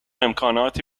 امکاناتی